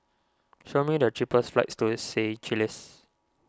show me the cheapest flights to Seychelles